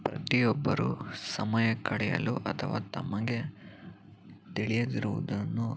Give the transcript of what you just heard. ಪ್ರತಿಯೊಬ್ಬರು ಸಮಯ ಕಳೆಯಲು ಅಥವಾ ತಮಗೆ ತಿಳಿಯದಿರುವುದನ್ನು